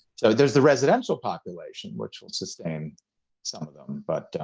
so there's the residential population, which will sustain some of them, but